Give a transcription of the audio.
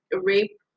rape